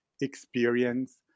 experience